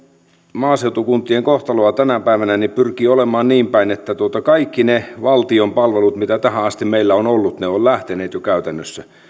maaseutukuntien kohtaloa tänä päivänä niin pyrkii olemaan niinpäin että kaikki ne valtion palvelut mitä tähän asti meillä on ollut ovat jo lähteneet käytännössä